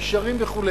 עם גשרים וכו'.